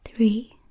Three